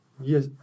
Yes